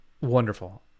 wonderful